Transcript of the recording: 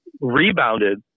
rebounded